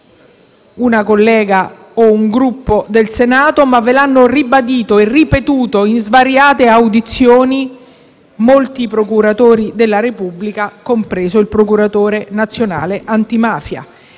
una collega o un Gruppo del Senato, ma ve lo hanno ribadito e ripetuto in svariate audizioni molti procuratori della Repubblica, compreso il procuratore nazionale antimafia.